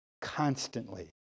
constantly